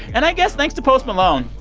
and, i guess, thanks to post malone.